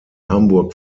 hamburg